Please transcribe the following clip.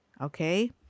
okay